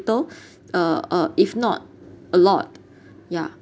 ~tle uh uh if not a lot yeah